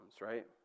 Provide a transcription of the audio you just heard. right